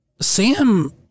Sam